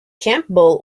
campbell